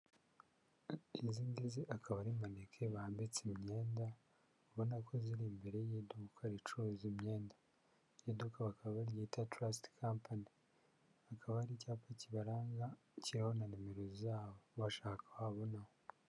Izi ngizi akaba ari maneke bambitse imyenda ubona ko ziri imbere y'iduka ricuruza imyenda. Iduka bakaba baryita tarasiti kampani. Kikaba ari icyapa kibaranga kiriho na nimero zabo, ubashaka wababonaho.